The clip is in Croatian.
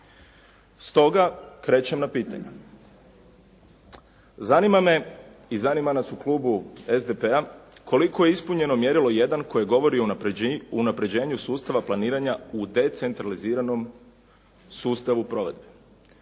Stoga krećem na pitanje. Zanima me i zanima nas u Klubu SDP-a koliko je ispunjeno mjerilo 1 koje govori o unapređenju sustava planiranja u decentraliziranom sustavu provedbe.